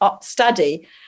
study